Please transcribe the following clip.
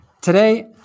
Today